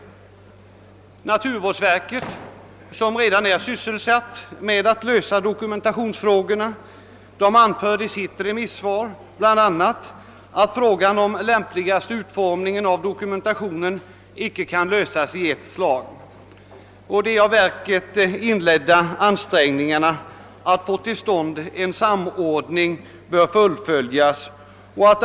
Naturvårdsverket, som redan är sysselsatt med att lösa dokumentationsfrågorna, anför i sitt remissvar bl.a.: »Frågan om den lämpligaste utformningen av dokumentationen kan emellertid ej lösas i ett slag. De av verket inledda ansträngningarna att få en samordning till stånd bör fullföljas.